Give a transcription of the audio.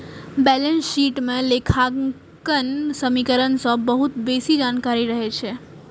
balance sheet मे लेखांकन समीकरण सं बहुत बेसी जानकारी रहै छै